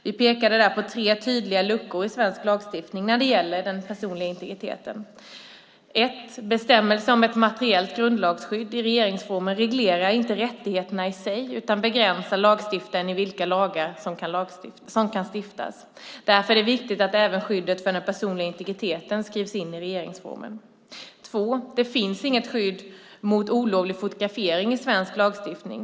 Vi pekade där på tre tydliga luckor i svensk lagstiftning när det gäller den personliga integriteten. Den första luckan är att bestämmelsen om ett materiellt grundlagsskydd i regeringsformen inte reglerar rättigheterna i sig utan begränsar lagstiftaren när det gäller vilka lagar som kan stiftas. Därför är det viktigt att även skyddet för den personliga integriteten skrivs in i regeringsformen. Den andra är att det inte finns något skydd mot olovlig fotografering i svensk lagstiftning.